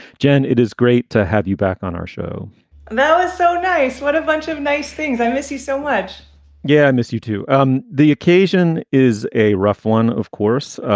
jen, it is great to have you back on our show that was so nice. what a bunch of nice things. i miss you so much yeah, i miss you too. um the occasion is a rough one. of course,